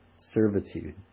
servitude